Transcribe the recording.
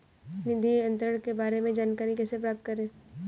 निधि अंतरण के बारे में जानकारी कैसे प्राप्त करें?